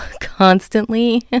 constantly